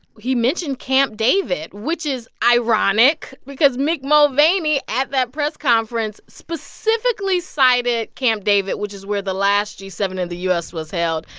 he mentioned camp david, which is ironic because mick mulvaney at that press conference specifically cited camp david, which is where the last g seven in the u s. was held,